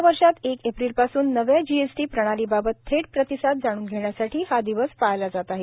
येत्या वर्षात एक एप्रिल पासून नव्या जी एस टी प्रणालीबाबत थेट प्रतिसाद जाणून घेण्यासाठी हा दिवस पाळला जाणार आहे